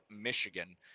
Michigan